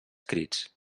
crits